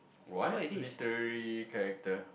what literally character